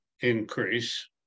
increase